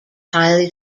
highly